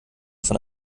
von